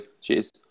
Cheers